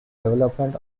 development